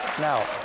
now